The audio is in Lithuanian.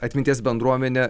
atminties bendruomenė